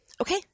okay